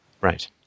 Right